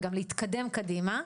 וגם להתקדם קדימה,